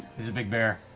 he's a big bear.